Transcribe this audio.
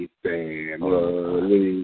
family